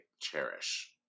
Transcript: Cherish